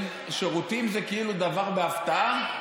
שירותים, זה כאילו דבר בהפתעה?